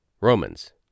Romans